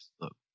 Look